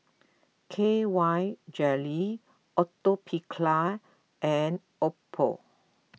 K Y Jelly Atopiclair and Oppo